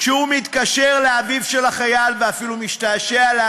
הוא לא נמצא שם.